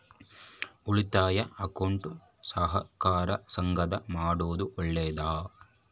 ಉಳಿತಾಯ ಅಕೌಂಟ್ ಸಹಕಾರ ಸಂಘದಾಗ ಮಾಡೋದು ಒಳ್ಳೇದಾ?